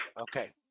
Okay